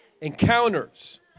encounters